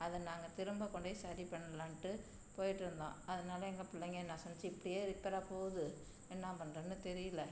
அதை நாங்கள் திரும்பக் கொண்டு போய் சரி பண்ணலாம்ட்டு போய்ட்டுருந்தோம் அதனால் எங்கள் பிள்ளைங்க என்ன சொன்னுச்சு இப்படியே ரிப்பேராக போகுது என்ன பண்ணுறதுன்னு தெரியல்ல